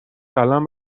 قلم